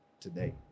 today